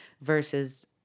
versus